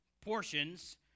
portions